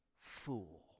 Fool